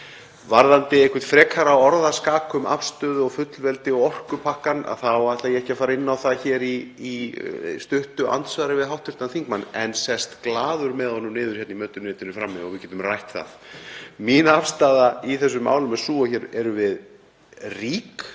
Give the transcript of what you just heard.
Varðandi eitthvert frekara orðaskak um afstöðu og fullveldi og orkupakkann þá ætla ég ekki að fara inn á það hér í stuttu andsvari við hv. þingmann en sest glaður með honum niður hérna í mötuneytinu frammi og við getum rætt það. Mín afstaða í þessum málum er sú að hér erum við rík